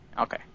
okay